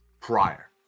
prior